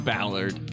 Ballard